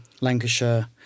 Lancashire